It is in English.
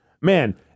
man